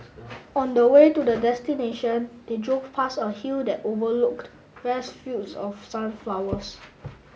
on the way to the destination they drove past a hill that overlooked vast fields of sunflowers